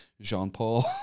Jean-Paul